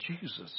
Jesus